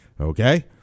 Okay